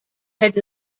head